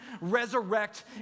resurrect